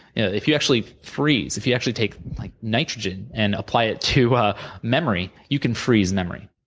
if you actually freeze, if you actually take nitrogen and apply it to memory, you can freeze memory,